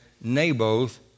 Naboth